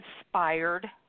inspired